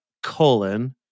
colon